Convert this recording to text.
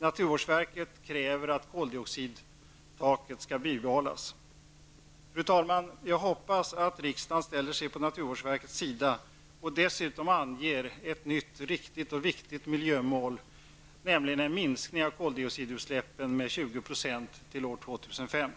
Naturvårdsverket kräver att koldioxidtaket skall bibehållas. Fru talman! Jag hoppas att riksdagen ställer sig på naturvårdsverkets sida och dessutom ställer upp ett nytt riktigt och viktigt miljömål, nämligen en minskning av koldioxidutsläppen med 20 % till år